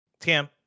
Tam